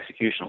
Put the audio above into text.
executional